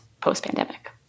post-pandemic